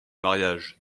mariage